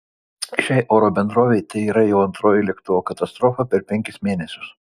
šiai oro bendrovei tai yra jau antroji lėktuvo katastrofa per penkis mėnesius